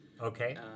Okay